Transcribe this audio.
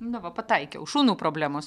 nu va pataikiau šunų problemos